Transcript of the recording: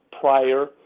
prior